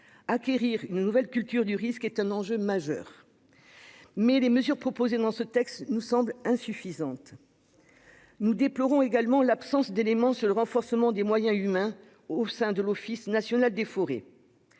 acquérir une nouvelle culture du risque est un enjeu majeur. Les mesures proposées dans ce texte nous semblent insuffisantes. Nous déplorons également l'absence d'éléments sur le renforcement des moyens humains de l'ONF. Ses agents